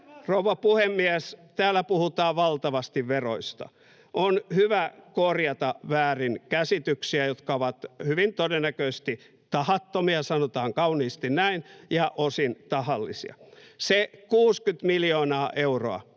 Rouva puhemies! Täällä puhutaan valtavasti veroista. On hyvä korjata väärinkäsityksiä, jotka ovat hyvin todennäköisesti tahattomia — sanotaan kauniisti näin — ja osin tahallisia. Sitä 60:tä miljoonaa euroa,